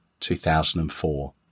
2004